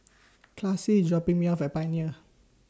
Classie IS dropping Me off At Pioneer